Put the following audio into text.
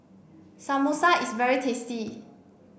Samosa is very tasty